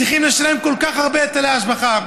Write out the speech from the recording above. צריכים לשלם כל כך הרבה היטלי השבחה?